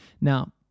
Now